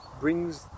brings